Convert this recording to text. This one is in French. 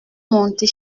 monter